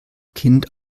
kind